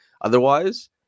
Otherwise